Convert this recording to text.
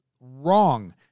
wrong